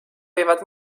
võivad